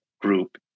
group